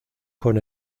con